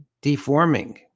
deforming